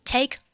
Take